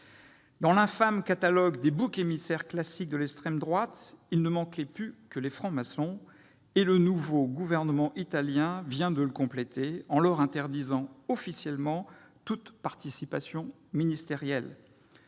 Dans l'infâme catalogue des boucs émissaires classiques de l'extrême droite, il ne manquait plus que les francs-maçons : le nouveau gouvernement italien vient de réparer cette omission en leur interdisant officiellement toute participation ministérielle.